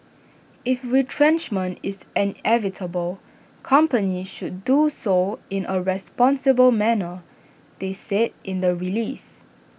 if retrenchment is inevitable companies should do so in A responsible manner they said in the release